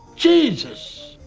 jesus!